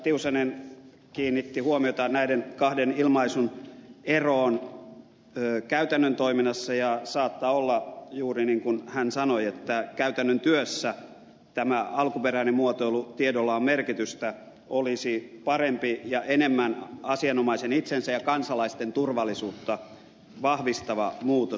tiusanen kiinnitti huomiota näiden kahden ilmaisun eroon käytännön toiminnassa ja saattaa olla juuri niin kuin hän sanoi että käytännön työssä tämä alkuperäinen muotoilu tiedolla on merkitystä olisi parempi ja enemmän asianomaisen itsensä ja kansalaisten turvallisuutta vahvistava muutos